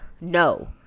no